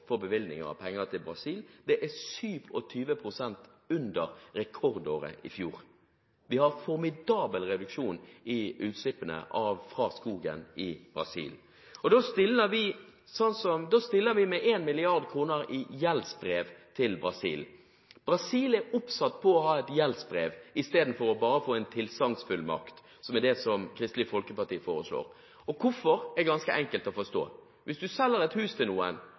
for bevilgning av penger til Brasil, det er 27 pst. under rekordåret i fjor. Vi har en formidabel reduksjon i utslippene fra skogen i Brasil. Da stiller vi med 1 mrd. kr i gjeldsbrev til Brasil. Brasil er oppsatt på å ha et gjeldsbrev istedenfor bare å få en tilsagnsfullmakt, som er det Kristelig Folkeparti foreslår. Hvorfor er ganske enkelt å forstå: Hvis du selger et hus til